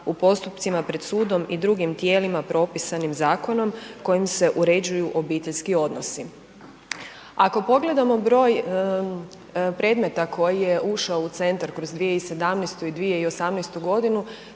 u postupcima pred sudom i drugim tijelima propisanim zakonom kojim se uređuju obiteljski odnosi. Ako pogledamo broj predmeta koji je ušao u centar kroz 2017. i 2018. g.